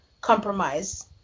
compromise